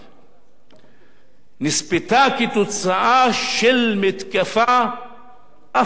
נספתה כתוצאה של מתקפה אפלייתית של ממשלת ישראל,